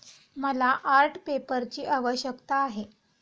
मला आर्ट पेपरची आवश्यकता आहे